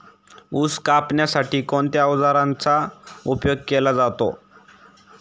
ऊस कापण्यासाठी कोणत्या अवजारांचा उपयोग केला जातो?